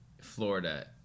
Florida